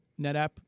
NetApp